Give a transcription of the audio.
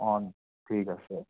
অ' ঠিক আছে